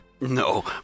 No